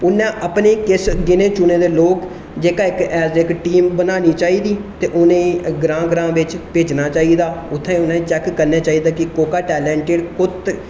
उनें अपने किश गिने चुने दे लोक जेहका इक टीम बनानी चाहिदी ते उ'नेंगी ग्रां ग्रां बिच्च भेजना चाहिदा उत्थै उ'नें चैक करना चाहिदा कि कोई टेलैंटिड